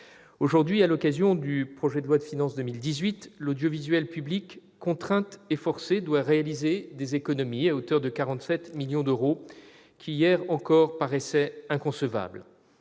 Aujourd'hui, à l'occasion du projet de loi de finances pour 2018, l'audiovisuel public doit réaliser, contraint et forcé, des économies à hauteur de 47 millions d'euros qui, hier encore, paraissaient inconcevables.